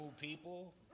people